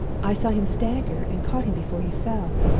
i saw him stagger, and caught him before he fell.